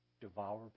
devour